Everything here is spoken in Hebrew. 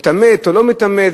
מתעמת או לא מתעמת,